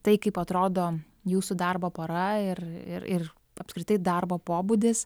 tai kaip atrodo jūsų darbo para ir ir ir apskritai darbo pobūdis